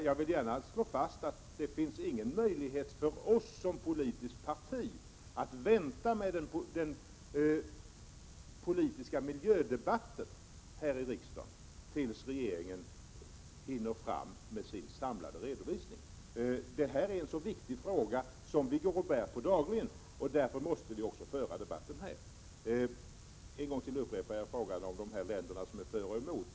Jag vill gärna slå fast att det inte finns någon möjlighet för oss som politiskt parti att vänta med den politiska miljödebatten här i riksdagen tills regeringen hinner fram med sin samlade redovisning. Det här är en viktig fråga som vi går och bär på dagligen, och därför måste vi också föra debatten här. En gång till upprepar jag frågan om de här länderna som är för och emot.